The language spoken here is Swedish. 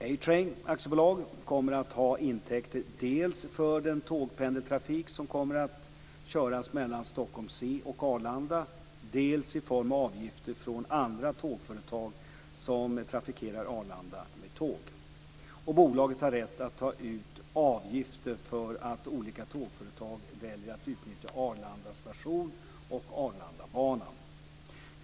A-Train AB kommer att ha intäkter dels från den tågpendeltrafik som kommer att köras mellan Stockholm C och Arlanda, dels i form av avgifter från andra tågföretag som trafikerar Arlanda med tåg. Bolaget har rätt att ta ut avgifter för att olika tågföretag väljer att nyttja Arlanda station och Arlandabanan.